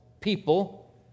people